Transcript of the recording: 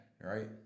right